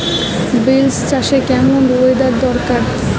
Beans চাষে কেমন weather দরকার?